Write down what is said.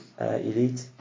Elite